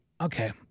okay—